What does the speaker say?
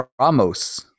Ramos